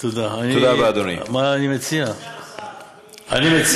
סגן השר, אני חושב,